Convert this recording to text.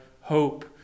hope